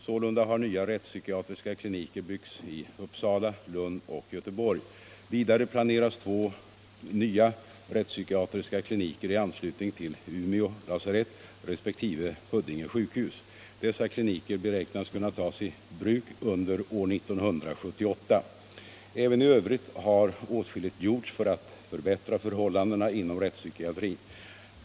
Sålunda har nya rättspsykiatriska kliniker byggts i Uppsala, Lund och Göteborg. Vidare planeras två nya rättspsykiatriska kliniker i anslutning till Umeå lasarett resp. Huddinge sjukhus. Dessa kliniker beräknas kunna tas i bruk under år 1978. Även i övrigt har åtskilligt gjorts för att förbättra förhållandena inom rättspsykiatrin.